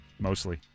mostly